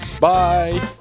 Bye